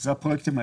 אלה הפרויקטים.